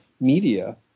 media